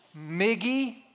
Miggy